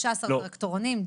16 טרקטורונים,